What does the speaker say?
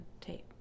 tape